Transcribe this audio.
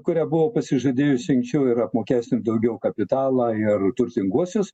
kurią buvo pasižadėjusi anksčiau ir apmokestint daugiau kapitalą ir turtinguosius